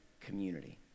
community